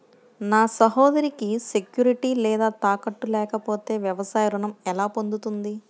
నా సోదరికి సెక్యూరిటీ లేదా తాకట్టు లేకపోతే వ్యవసాయ రుణం ఎలా పొందుతుంది?